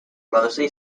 mostly